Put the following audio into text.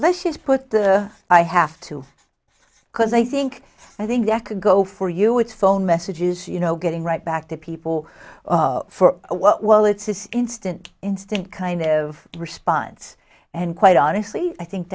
she's put the i have to because i think i think that could go for you it's phone messages you know getting right back to people for what well it's this instant instant kind of response and quite honestly i think